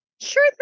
Sure